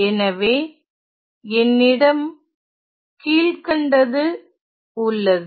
எனவே என்னிடம் கீழ்கண்டது உள்ளது